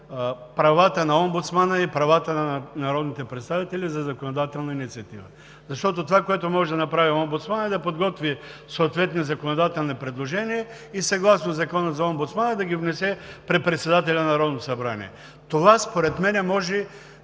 правата на омбудсмана и правата на народните представители за законодателна инициатива. Това, което може да направи омбудсманът, е да подготви съответни законодателни предложения и съгласно Закона за омбудсмана да ги внесе при председателя на Народното събрание. Това според мен може